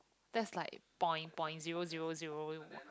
that's like point point zero zero zero